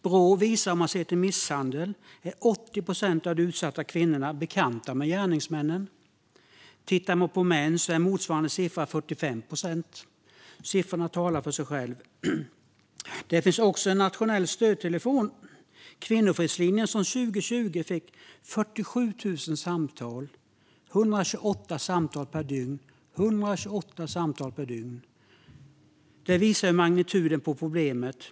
Brå visar att sett till misshandel är 80 procent av de utsatta kvinnorna bekanta med gärningsmännen. Motsvarande siffra för misshandlade män är 45 procent. Siffrorna talar för sig själva. Det finns en nationell stödtelefon, Kvinnofridslinjen, som 2020 fick 47 000 samtal, eller 128 samtal per dygn. Det visar magnituden på problemet.